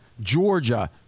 Georgia